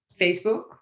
Facebook